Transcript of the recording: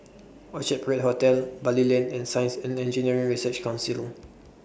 Orchard Parade Hotel Bali Lane and Science and Engineering Research Council